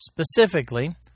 Specifically